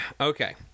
Okay